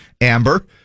Amber